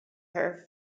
her